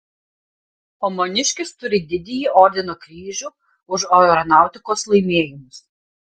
o maniškis turi didįjį ordino kryžių už aeronautikos laimėjimus